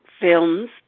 films